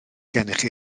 gennych